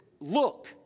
look